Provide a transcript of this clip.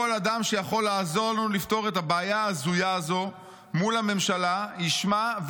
כל אדם שיכול לעזור לפתור את הבעיה ההזויה הזו מול הממשלה ישמע,